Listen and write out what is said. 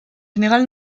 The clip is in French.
général